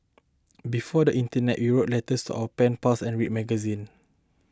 before the internet you will letters our pen pals and read magazine